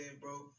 bro